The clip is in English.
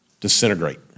disintegrate